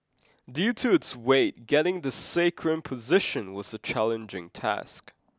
due to its weight getting the sacrum position was a challenging task